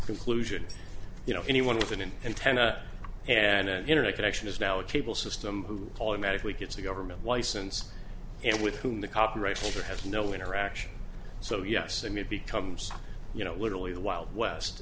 conclusion you know anyone with an antenna and an internet connection is now a cable system who automatically gets the government license and with whom the copyright holder has no interaction so yes i mean it becomes you know literally the wild west